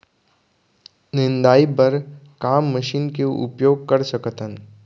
निंदाई बर का मशीन के उपयोग कर सकथन?